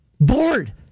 Bored